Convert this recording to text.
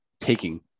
taking